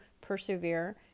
persevere